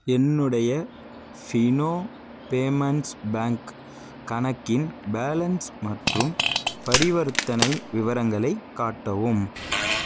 என்னுடைய Fino payments bank கணக்கின் balance மற்றும் பரிவர்த்தனை விவரங்களைக் காட்டவும்